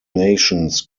nations